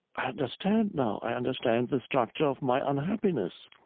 i understand now. i understand the structure of my unhappiness.